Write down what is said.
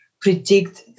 predict